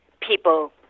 people